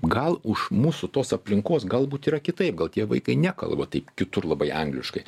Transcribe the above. gal už mūsų tos aplinkos galbūt yra kitaip gal tie vaikai nekalba taip kitur labai angliškai